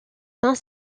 saint